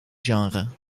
genre